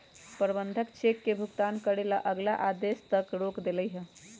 प्रबंधक चेक के भुगतान करे ला अगला आदेश तक रोक देलई ह